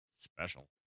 special